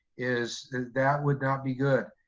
is that that would not be good.